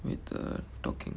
with uh talking